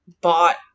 bought